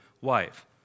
wife